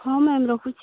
ହଁ ମ୍ୟାମ୍ ରଖୁଛି